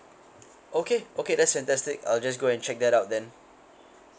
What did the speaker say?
okay okay that's fantastic I'll just go and check that out then